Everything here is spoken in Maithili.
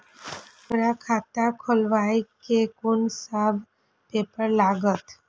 हमरा खाता खोलाबई में कुन सब पेपर लागत?